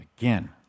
again